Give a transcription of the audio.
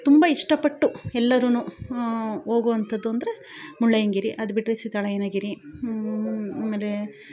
ತುಂಬ ಇಷ್ಟಪಟ್ಟು ಎಲ್ಲರೂ ಹೋಗುವಂಥದ್ದು ಅಂದರೆ ಮುಳ್ಳಯ್ಯನಗಿರಿ ಅದುಬಿಟ್ರೆ ಸೀತಾಳಯ್ಯನ ಗಿರಿ ಆಮೇಲೆ